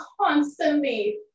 constantly